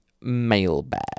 mailbag